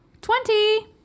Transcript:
Twenty